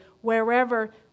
Wherever